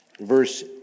verse